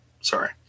Sorry